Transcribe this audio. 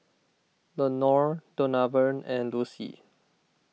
Lenore Donavan and Lucy